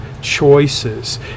choices